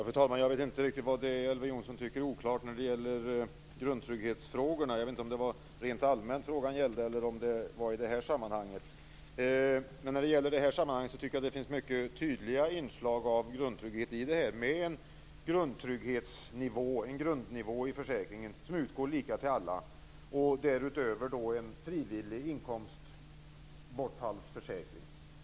Fru talman! Jag vet inte riktigt vad det är Elver Jonsson tycker är oklart när det gäller grundtrygghetsfrågorna. Jag vet inte om frågan gällde rent allmänt eller om den gällde just det här sammanhanget. I det här sammanhanget tycker jag att det finns mycket tydliga inslag av grundtrygghet i detta med en grundnivå i försäkringen som utgår lika till alla och därutöver en frivillig inkomstbortfallsförsäkring.